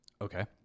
Okay